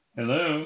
Hello